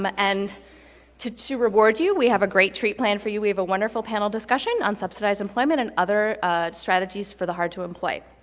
um and to to reward you, we have a great treat planned for you, we have a wonderful panel discussion on subsidized employment and other strategies for the hard to employ.